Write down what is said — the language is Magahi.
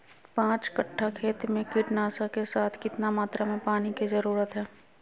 पांच कट्ठा खेत में कीटनाशक के साथ कितना मात्रा में पानी के जरूरत है?